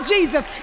Jesus